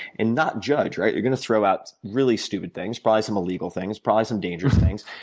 and not judge, right? you're going to throw out really stupid things, probably some illegal things, probably some dangerous things,